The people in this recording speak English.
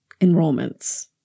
enrollments